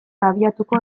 abiatuko